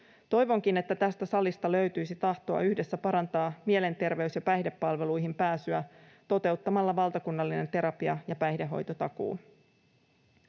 Toivonkin, että tästä salista löytyisi tahtoa yhdessä parantaa mielenterveys- ja päihdepalveluihin pääsyä toteuttamalla valtakunnallinen terapia- ja päihdehoitotakuu.